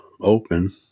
open